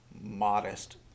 modest